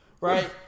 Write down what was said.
Right